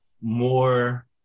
more